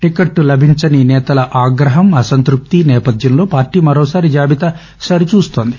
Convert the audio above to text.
ticket బరిలోని నేతల ఆగ్రహం అసంతృప్తి నేపథ్యంలో పార్టీ మరోసారి జాబితా సరి చూస్తోంది